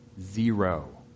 Zero